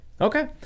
Okay